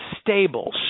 stable